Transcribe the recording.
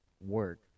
work